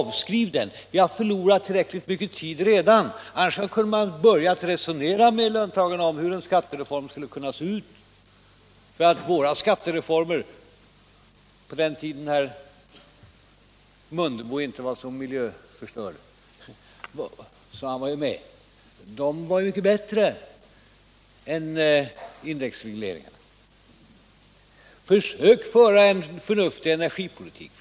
Om ni inte redan hade förlorat så mycket tid skulle ni nu i stället ha kunnat börja diskutera med löntagarna om hur en skattereform bör se ut. De skattereformer som genomfördes av oss på den tiden då herr Mundebo inte var — ursäkta uttrycket — så miljöförstörd var ju t.ex. mycket bättre än ett system med indexregleringar. Jag vill också säga: Försök att föra en förnuftig energipolitik!